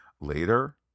Later